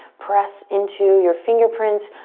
press into your fingerprints,